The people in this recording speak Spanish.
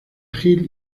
gil